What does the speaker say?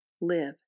live